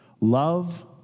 love